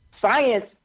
science